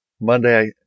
Monday